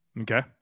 okay